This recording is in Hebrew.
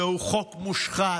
זהו חוק מושחת.